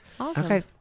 okay